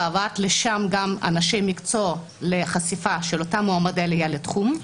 וגם הבאה לשם אנשי מקצוע לחשיפה של אותם מועמדי עלייה לתחום.